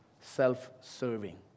self-serving